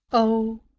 oh,